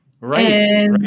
Right